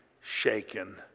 shaken